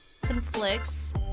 conflicts